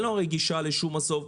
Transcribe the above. אין לו הרי גישה לשום מסוף,